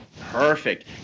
Perfect